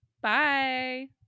bye